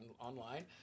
online